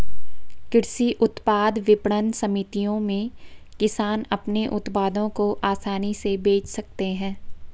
कृषि उत्पाद विपणन समितियों में किसान अपने उत्पादों को आसानी से बेच सकते हैं